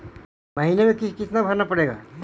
महीने में किस्त कितना भरें पड़ेगा?